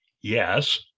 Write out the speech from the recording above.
yes